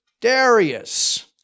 Darius